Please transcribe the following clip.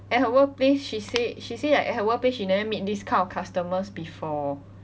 at her workplace she said she said like at her workplace she never meet this kind of customers before